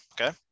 Okay